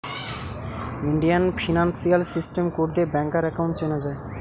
Indian financial system code দিয়ে ব্যাংকার account চেনা যায়